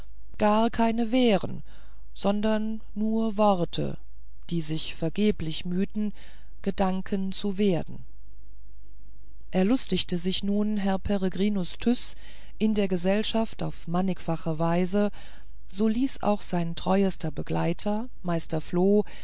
gar keine wären sondern nur worte die sich vergeblich mühten gedanken zu werden erlustigte sich nun herr peregrinus tyß in der gesellschaft auf mannigfache weise so ließ auch sein treuester begleiter meister floh